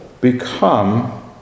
become